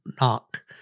knock